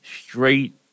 straight